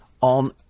on